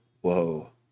whoa